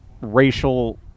racial